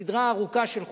סדרה ארוכה של חוקים.